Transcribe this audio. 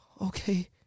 okay